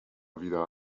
wieder